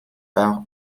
par